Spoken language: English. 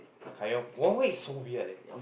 Kai-Yuan Wenhui is so weird leh